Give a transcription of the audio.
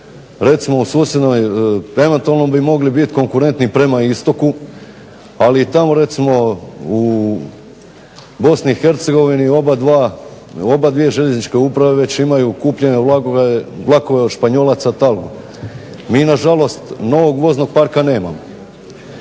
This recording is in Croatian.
i kome? Eventualno bi mogli biti konkurentni prema istoku ali i tamo recimo u Bosni i Hercegovini oba dvije željezničke uprave već imaju kupljene vlakove od španjolaca. MI na žalost novog voznog parka nemamo.